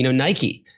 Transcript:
nike,